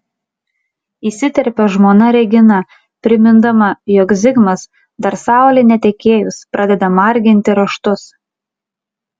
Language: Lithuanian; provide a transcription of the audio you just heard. įsiterpia žmona regina primindama jog zigmas dar saulei netekėjus pradeda marginti raštus